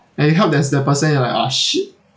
when you help there's the person you are like oh shit